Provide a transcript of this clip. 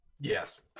Yes